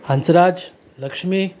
Hansraj Lakshmi